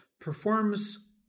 performs